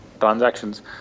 transactions